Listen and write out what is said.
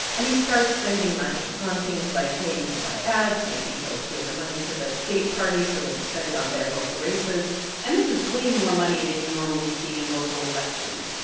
and he starts spending money on things like, maybe he'll buy ads, maybe he'll give the money to the state party so they can spend it on their local races and this is way more money than you normally see in local elections,